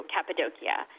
Cappadocia